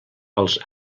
els